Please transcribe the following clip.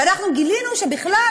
ואנחנו גילינו שבכלל,